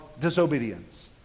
disobedience